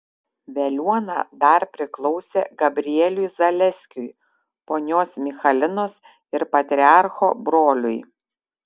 veliuona dar priklausė gabrieliui zaleskiui ponios michalinos ir patriarcho broliui